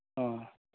ᱚᱻ